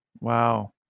Wow